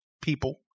people